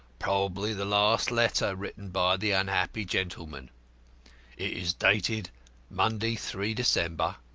probably the last letter written by the unhappy gentleman. it is dated monday, three december,